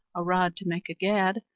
a rod to make a gad,